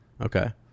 okay